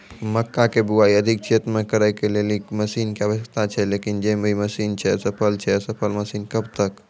मक्का के बुआई अधिक क्षेत्र मे करे के लेली मसीन के आवश्यकता छैय लेकिन जे भी मसीन छैय असफल छैय सफल मसीन कब तक?